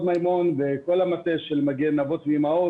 מימון וכל המטה של "מגן אבות ואימהות".